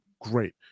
great